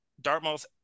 Dartmouth